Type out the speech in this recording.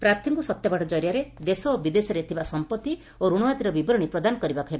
ପ୍ରାର୍ଥୀଙ୍କୁ ସତ୍ୟପାଠ ଜରିଆରେ ଦେଶ ଓ ବିଦେଶରେ ଥିବା ସମ୍ମତ୍ତି ଓ ରଣ ଆଦିର ବିବରଣୀ ପ୍ରଦାନ କରିବାକୁ ହେବ